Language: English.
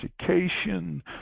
education